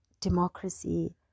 democracy